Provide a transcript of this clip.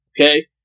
Okay